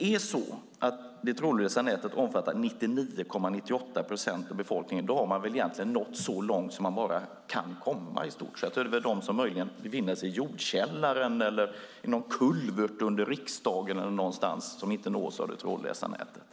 Om det trådlösa nätet omfattar 99,98 procent av befolkningen har man väl egentligen nått så långt som man bara kan komma? Då är det väl möjligen de som befinner sig i jordkällaren, i någon kulvert under riksdagen eller någon annanstans som inte nås av det trådlösa nätet.